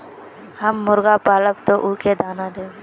हम मुर्गा पालव तो उ के दाना देव?